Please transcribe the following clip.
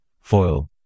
Foil